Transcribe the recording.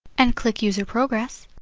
and click user progress.